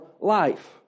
life